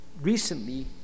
Recently